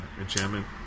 enchantment